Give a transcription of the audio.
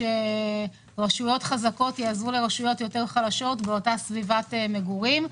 שרשויות חזקות יעזרו לרשויות חלשות באותה סביבת מגורים.